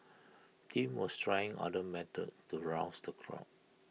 Tim was trying other methods to rouse the crowd